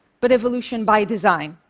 but evolution by design.